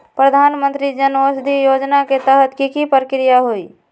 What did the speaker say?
प्रधानमंत्री जन औषधि योजना के तहत की की प्रक्रिया होई?